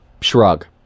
Shrug